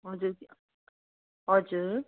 हजुर हजुर